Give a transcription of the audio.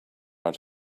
out